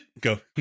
go